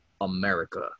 america